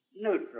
neutral